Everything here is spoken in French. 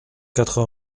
quatre